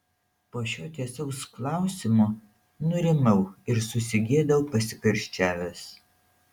po šio tiesaus klausimo nurimau ir susigėdau pasikarščiavęs